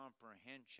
comprehension